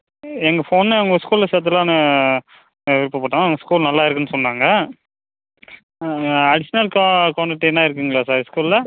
எங்கள் பொண்ணை உங்கள் ஸ்கூலில் சேத்துடலான்னு விருப்பப்பட்டோம் உங்கள் ஸ்கூல் நல்லா இருக்குதுன்னு சொன்னாங்க அடிஷனல் இருக்குதுங்களா சார் ஸ்கூலில்